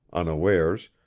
unawares,